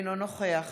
אינו נוכח